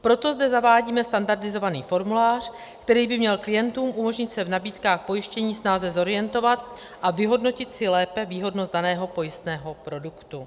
Proto zde zavádíme standardizovaný formulář, který by měl klientům umožnit se v nabídkách pojištění snáze zorientovat a vyhodnotit si lépe výhodnost daného pojistného produktu.